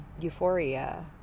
euphoria